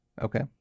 Okay